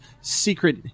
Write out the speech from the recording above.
secret